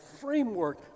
framework